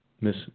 Miss